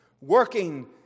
working